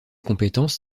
compétences